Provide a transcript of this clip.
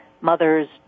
mothers